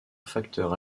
facteur